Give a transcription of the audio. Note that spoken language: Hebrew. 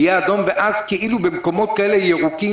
ואז במקומות ירוקים,